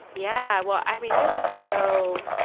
yeah. well, i mean, i was so,